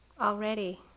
already